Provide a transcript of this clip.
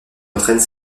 entraîne